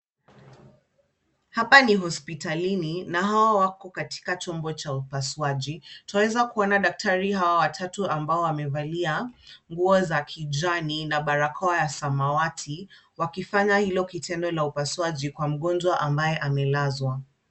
Hapa ni hospitalini na hawa wako katika chumba cha upasuaji. Twaweza kuona daktari hawa watatu ambao wamevalia nguo za kijani na barakoa ya samawati, wakifanya hilo kitendo la upasuaji kwa mgonjwa ambaye amelazwa.